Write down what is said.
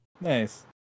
Nice